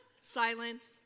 Silence